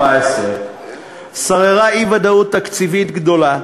בעת אישור תקציב 2013 2014 שררה אי-ודאות תקציבית גדולה,